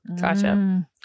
Gotcha